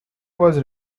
was